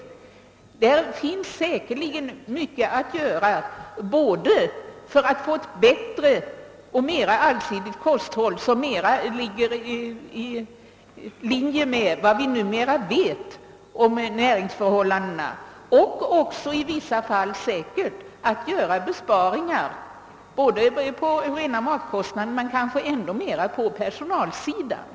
Mycket kan säkerligen göras både för att få ett bättre och mer allsidigt kosthåll — som ligger i linje med vad vi nu vet om näringsförhållandena — och också i vissa fall för att göra besparingar när det gäller rena matkostnader, men kanske ändå mer på personalsidan.